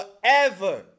Forever